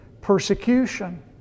persecution